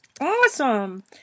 Awesome